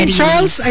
Charles